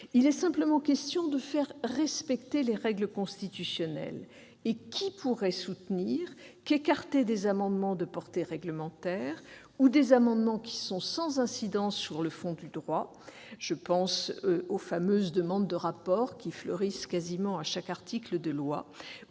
Il est simplement question de faire respecter les règles constitutionnelles. Qui pourrait soutenir qu'écarter des amendements de portée réglementaire ou sans incidence sur le fond du droit- je pense aux fameuses demandes de rapport qui fleurissent quasiment à chaque article de loi